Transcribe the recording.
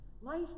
life